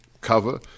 cover